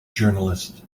journalist